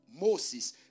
Moses